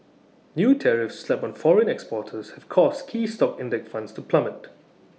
new tariffs slapped on foreign exporters have caused key stock index funds to plummet